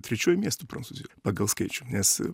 trečiuoju miestu prancūzijoj pagal skaičių nes